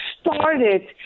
started